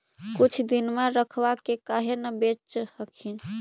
कुछ दिनमा रखबा के काहे न बेच हखिन?